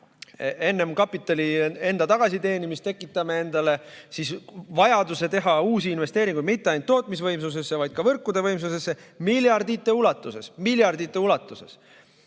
enne kapitali tagasiteenimist. Tekitame endale vajaduse teha uusi investeeringuid mitte ainult tootmisvõimsustesse, vaid võrkude võimsusesse miljardite ulatuses. Miljardite ulatuses!